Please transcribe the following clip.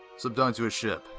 slipped onto his ship,